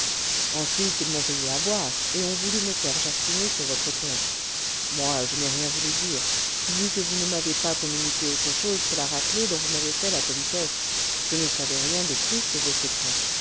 ensuite ensuite ils m'ont payé à boire et ont voulu me faire jaspiner sur votre compte moi je n'ai rien voulu dire vu que vous ne m'avez pas communiqué autre chose que la raclée dont vous m'avez fait la politesse je ne savais rien de plus de vos secrets